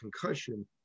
concussion